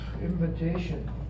invitation